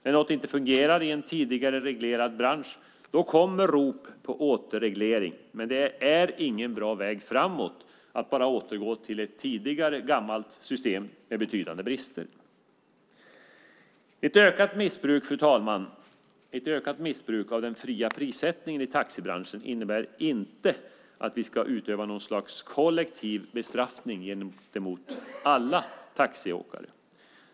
När något inte fungerar i en tidigare reglerad bransch kommer rop på återreglering, men det är ingen bra väg framåt att återgå till ett gammalt system med betydande brister. Fru talman! Ett ökat missbruk av den fria prissättningen i taxibranschen innebär inte att vi ska utöva något slags kollektiv bestraffning gentemot alla taxiåkare.